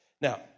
Now